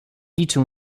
liczył